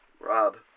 Rob